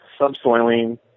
subsoiling